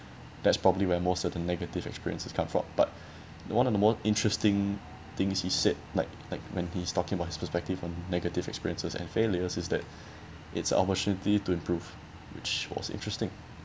that's probably where most of the negative experiences come from but the one of the most interesting things he said like like when he's talking about his perspective on negative experiences and failures is that it's our opportunity to improve which was interesting